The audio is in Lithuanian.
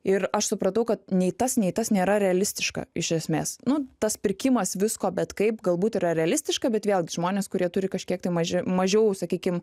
ir aš supratau kad nei tas nei tas nėra realistiška iš esmės nu tas pirkimas visko bet kaip galbūt yra realistiška bet vėlgi žmonės kurie turi kažkiek tai maži mažiau sakykim